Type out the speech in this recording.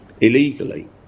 illegally